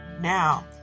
Now